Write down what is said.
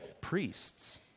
priests